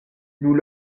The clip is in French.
nous